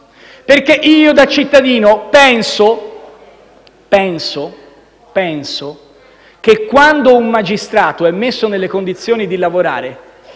perché io, da cittadino, penso che quando un magistrato è messo nelle condizioni di lavorare,